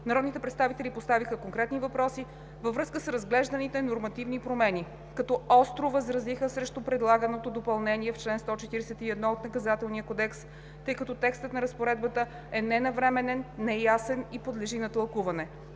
Народните представители поставиха конкретни въпроси във връзка с разглежданите нормативни промени, като остро възразиха срещу предлаганото допълнение в чл. 141 от Наказателния кодекс, тъй като текстът на разпоредбата е ненавременен, неясен и подлежи на тълкуване.